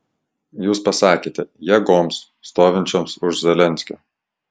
jūs pasakėte jėgoms stovinčioms už zelenskio